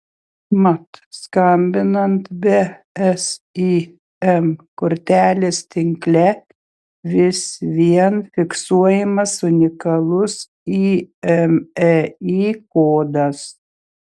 mat skambinant be sim kortelės tinkle vis vien fiksuojamas unikalus imei kodas